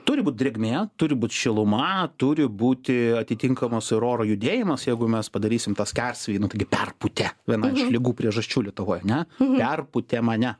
turi būt drėgmė turi būti šiluma turi būti atitinkamas ir oro judėjimas jeigu mes padarysim tą skersvėjį nu taigi perpūtė viena iš ligų priežasčių lietuvoj ane perpūtė mane